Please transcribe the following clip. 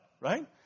right